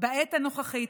בעת הנוכחית,